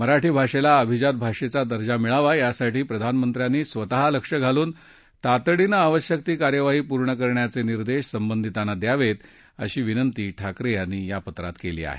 मराठी भाषेला अभिजात भाषेचा दर्जा मिळावा यासाठी प्रधानमंत्र्यांनी स्वतः लक्ष घालून तातडीनं आवश्यक ती कार्यवाही पूर्ण करण्याचे निर्देश संबंधितांना द्यावेत अशी विनंती ठाकरे यांनी या पत्रात केली आहे